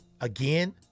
Again